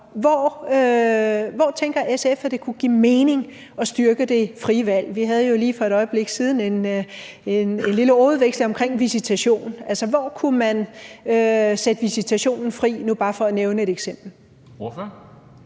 Hvor tænker SF at det kunne give mening at styrke det frie valg? Vi havde jo lige for et øjeblik siden en lille ordudveksling omkring visitation. Hvor kunne man sætte visitationen fri? Det er for bare at nævne et eksempel.